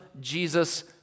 Jesus